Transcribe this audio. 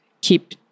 keep